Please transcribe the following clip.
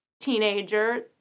teenager